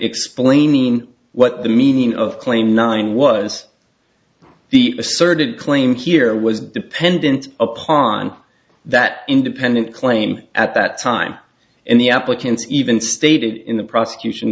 explaining what the meaning of claim nine was the asserted claim here was dependent upon that independent claim at that time and the applicants even stated in the prosecution